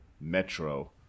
Metro